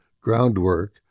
groundwork